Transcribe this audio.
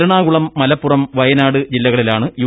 എറണാകുളം മലപ്പുറം വയനാട് ജില്ലകളില്ലാണ്ട് യു